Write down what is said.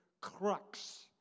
crux